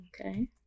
Okay